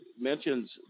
mentions